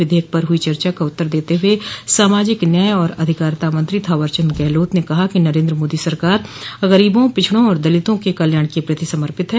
विधेयक पर हुई चर्चा का उत्तर देते हुए सामाजिक न्याय और अधिकारिता मंत्री थावरचन्द गहलोत ने कहा नरेन्द्र मोदी सरकार गरीबों पिछड़ों और दलितों के कल्याण के प्रति समर्पित है